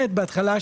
בהתחלה,